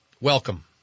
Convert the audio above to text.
welcome